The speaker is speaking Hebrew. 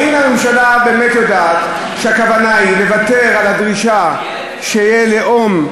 האם הממשלה באמת יודעת שהכוונה היא לוותר על הדרישה שיהיה לאום,